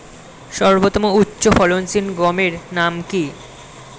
সর্বতম উচ্চ ফলনশীল গমের নাম কি?